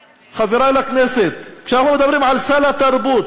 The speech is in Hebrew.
חברי לכנסת, כשאנחנו מדברים על סל התרבות,